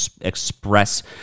express